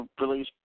release